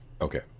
Okay